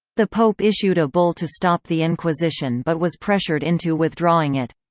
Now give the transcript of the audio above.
the pope issued a bull to stop the inquisition but was pressured into withdrawing it.